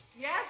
Yes